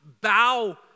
bow